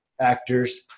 actors